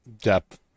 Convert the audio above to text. Depth